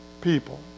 people